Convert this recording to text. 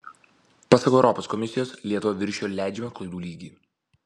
pasak europos komisijos lietuva viršijo leidžiamą klaidų lygį